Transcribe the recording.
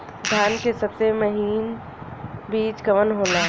धान के सबसे महीन बिज कवन होला?